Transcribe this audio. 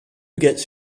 gets